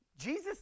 Jesus